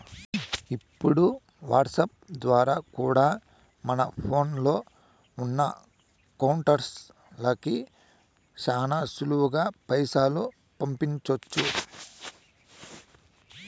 ఇప్పుడు వాట్సాప్ ద్వారా కూడా మన ఫోన్లో ఉన్నా కాంటాక్ట్స్ లకి శానా సులువుగా పైసలు పంపించొచ్చు